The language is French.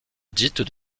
dites